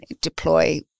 deploy